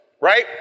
right